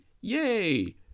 yay